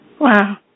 Wow